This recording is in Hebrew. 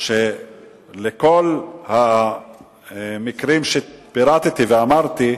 שלכל המקרים שפירטתי ואמרתי,